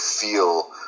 feel